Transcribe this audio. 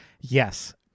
Yes